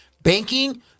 banking